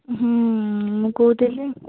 ମୁଁ କହୁଥିଲି